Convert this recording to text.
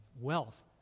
wealth